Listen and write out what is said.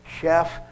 chef